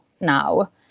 now